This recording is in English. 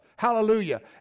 hallelujah